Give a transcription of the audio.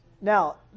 Now